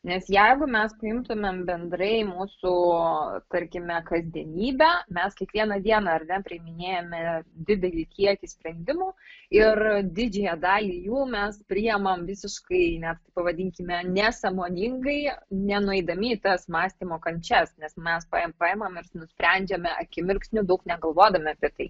nes jeigu mes priimtumėm bendrai mūsų tarkime kasdienybę mes kiekvieną dieną ar ne priiminėjame didelį kiekį sprendimų ir didžiąją dalį jų mes priimam visiškai net pavadinkime nesąmoningai nenueidami į tas mąstymo kančias nes mes paimam paimam ir nusprendžiame akimirksniu daug negalvodami apie tai